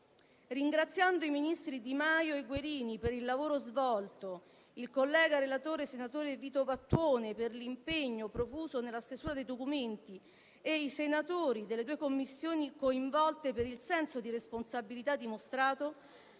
Ringraziando i ministri di Maio e Guerini per il lavoro svolto, il collega relatore, senatore Vattuone, per l'impegno profuso nella stesura dei documenti e i senatori delle due Commissioni coinvolte per il senso di responsabilità dimostrato,